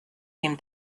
him